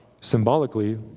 symbolically